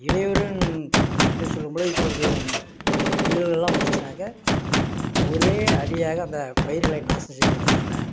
இடையூறுன் என்று சொல்லும்பொழுது இப்பொழுது புயல்கள்லாம் வந்துருச்சினாக்க ஒரே அடியாக அந்த பயிர்களை நாசம் செய்கிறதனால